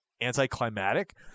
anticlimactic